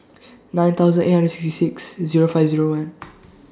nine thousand eight hundred sixty six Zero five Zero one